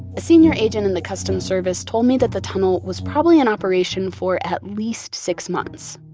a senior agent in the customs service told me that the tunnel was probably in operation for at least six months,